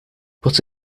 but